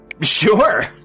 Sure